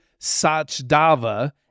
Sachdava